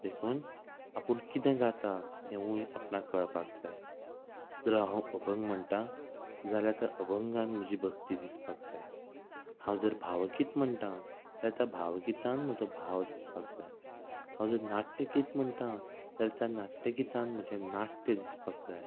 देखून आपूण कितें गाता हेवूय आपणाक कळपाक जाय जर हांव अभंग म्हणटां जाल्यार त्या अभंगान म्हजी भक्ती दिसपाक जाय हांव जर भावगीत म्हणटां जाल्या त्या भावगितान म्हजो भाव दिसपाक जाय हांव जर नाट्यगीत म्हणटां जाल्या त्या नाट्य गितान म्हजें नाट्य दिसपाक जाय